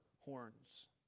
horns